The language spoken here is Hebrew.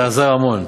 זה עזר המון.